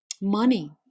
money